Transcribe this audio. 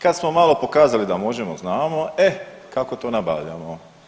Kad smo malo pokazali da možemo, znamo e kako to nabavljamo.